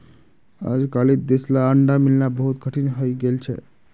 अजकालित देसला अंडा मिलना बहुत कठिन हइ गेल छ